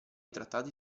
trattati